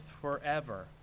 forever